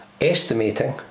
estimating